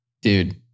dude